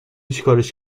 چیکارش